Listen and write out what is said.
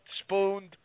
spooned